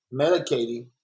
medicating